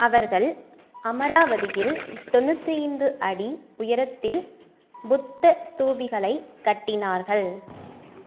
அவர்கள் அமராவதியில் தொண்ணுற்றி ஐந்து அடி உயரத்தில் புத்த ஸ்தூபிகளைக் கட்டினார்கள்